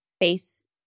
face